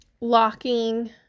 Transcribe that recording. locking